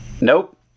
Nope